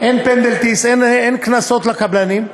אין penalties, אין קנסות לקבלנים,